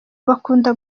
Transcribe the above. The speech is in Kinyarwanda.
bakunda